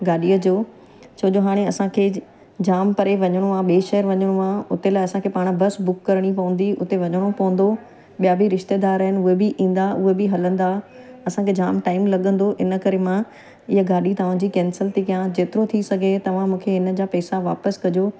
गाॾीअ जो छोजो हाणे असांखे जाम परे वञणो आहे ॿिए शहरु वञणो आहे उते लाइ असांखे पाण बस बुक करणी पवंदो उते वञणो पवंदो ॿिया बि रिश्तेदार आहिनि उहे बि ईंदा उहे बि हलंदा असांखे जाम टाइम लॻंदो इन करे मां इहे गाॾी तव्हांजी कैंसिल थी कयां जेतिरो थी सघे तव्हां मूंखे इन जा पैसा वापसि कॼो